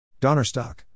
Donnerstock